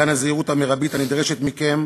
מכאן הזהירות המרבית הנדרשת מכם.